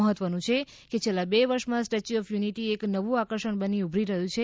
મહત્વનું છે કે છેલ્લાં બે વર્ષમાં સ્ટેચ્યુ ઓફ યુનિટી એક નવું આકર્ષણ બની ઉભરી રહ્યું છે